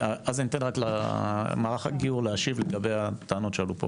ואז אני אתן רק למערך הגיור להשיב לגבי הטענות שעלו פה.